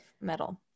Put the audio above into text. metal